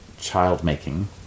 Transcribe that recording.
child-making